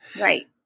right